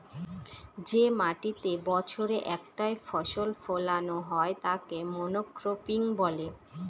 যে মাটিতেতে বছরে একটাই ফসল ফোলানো হয় তাকে মনোক্রপিং বলে